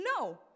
No